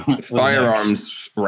firearms